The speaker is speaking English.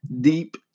deep